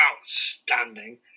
outstanding